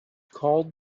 called